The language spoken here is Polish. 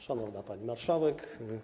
Szanowna Pani Marszałek!